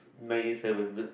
nine eight seven is it